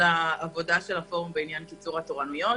בעניין קיצור התורנויות: